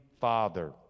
Father